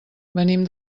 venim